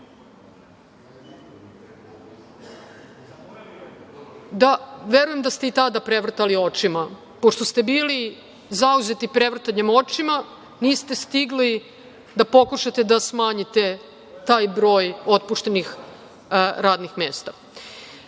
Verujem da ste i tada prevrtali očima. Pošto ste bili zauzeti prevrtanjem očima, niste stigli da pokušate da smanjite taj broj otpuštenih radnih mesta.